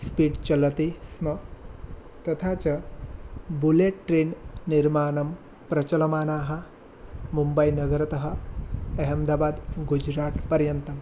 speed चलति स्म तथा च बुलेट्रेन् निर्माणं प्रचलमानाः मुम्बैनगरतः एह्मदाबाद् गुजरात् पर्यन्तं